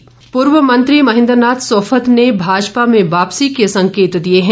सोफत पूर्व मंत्री महेन्द्र नाथ सोफत ने भाजपा में वापसी के संकेत दिए हैं